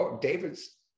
David's